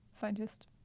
scientist